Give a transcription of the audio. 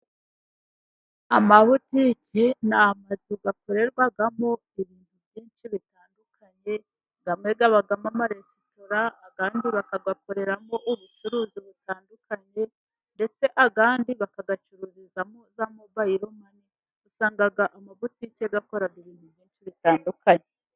Amabutiki ni amazu akorerwamo ibintu byinshi bitandukanye. Amwe abamo amaresitora, ayandi bakayakoreramo ubucuruzi butandukanye, ndetse ayandi bakayacururizamo za mobayilo mani. Usanga amabutiki akora ibintu byinshi bitandukanye.